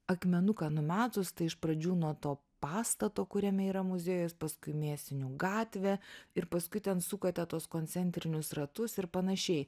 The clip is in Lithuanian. akmenuką numetus tai iš pradžių nuo to pastato kuriame yra muziejus paskui mėsinių gatve ir paskui ten sukate tuos koncentrinius ratus ir panašiai